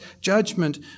judgment